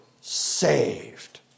saved